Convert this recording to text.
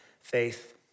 faith